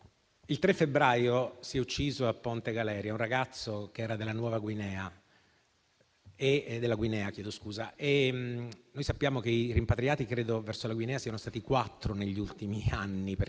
il 3 febbraio si è ucciso a Ponte Galeria un ragazzo che era della Guinea. Noi sappiamo che i rimpatriati verso la Guinea sono stati quattro negli ultimi anni,